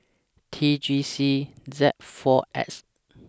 T G C Z four X